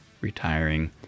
retiring